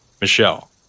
Michelle